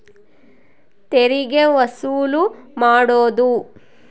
ತೆರಿಗೆ ವಸೂಲು ಮಾಡೋದು